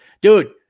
Dude